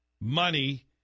money